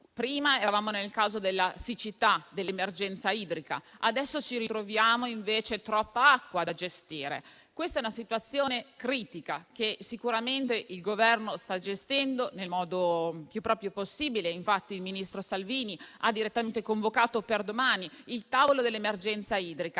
ad un problema di siccità e di emergenza idrica, adesso ci ritroviamo invece troppa acqua da gestire. Questa è una situazione critica che sicuramente il Governo sta gestendo nel modo più adeguato possibile. Il ministro Salvini, infatti, ha direttamente convocato per domani il tavolo sull'emergenza idrica